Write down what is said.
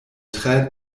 tre